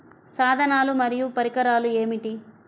సాధనాలు మరియు పరికరాలు ఏమిటీ?